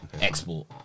Export